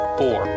four